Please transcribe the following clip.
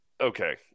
Okay